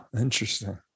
Interesting